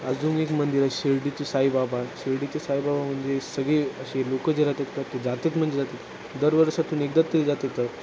अजून एक मंदिर आहे शिर्डीचे साईबाबा शिर्डीचे साईबाबा म्हणजे सगळे असे लोकं जे राहात तर ते जातात म्हणजे जातात दर वर्षातून एकदा तरी जातात